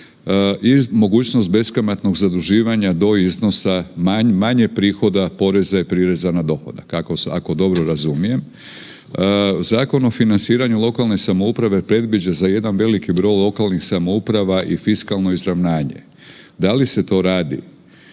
mogućnost beskamatnog zaduživanja do iznosa manje prihoda poreza i prireza na dohodak, ako dobro razumijem. Zakon o financiranju lokalne samouprave predviđa za jedan veliki broj lokalnih samouprava i fiskalno izravnanje. Da li se to radi